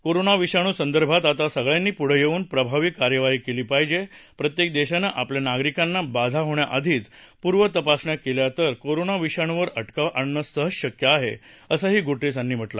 corona विषाणु संदर्भात आता सगळ्यांनी पूढं येऊन प्रभावी कार्यवाही केली पाहिजे प्रत्येक देशानं आपल्या नागरिकांना बाधा होण्याआधीच पूर्व तपासण्या केल्या तर कोरोना विषाणूवर अटकाव आणणं सहज शक्य आहे असंही गुटेरस यांनी म्हटलं